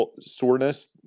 soreness